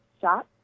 shot